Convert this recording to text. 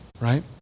right